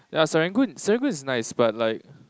yeah Serangoon Serangoon is nice but like